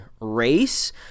race